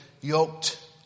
yoked